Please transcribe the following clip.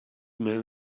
man